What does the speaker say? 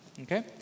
Okay